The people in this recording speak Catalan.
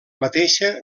mateixa